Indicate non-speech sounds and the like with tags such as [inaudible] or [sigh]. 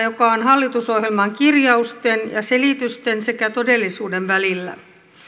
[unintelligible] joka on hallitusohjelman kirjausten ja selitysten sekä todellisuuden välillä